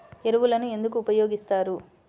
ఎరువులను ఎందుకు ఉపయోగిస్తారు?